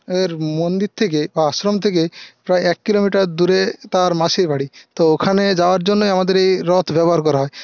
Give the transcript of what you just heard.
এর মন্দির থেকে বা আশ্রম থেকে প্রায় এক কিলোমিটার দূরে তার মাসির বাড়ি তো ওখানে যাওয়ার জন্যে আমাদের এই রথ ব্যবহার করা হয়